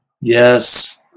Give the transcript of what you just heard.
yes